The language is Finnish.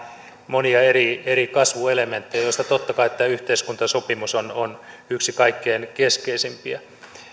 monia eri eri kasvuelementtejä joista totta kai tämä yhteiskuntasopimus on on yksi kaikkein keskeisimpiä